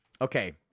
Okay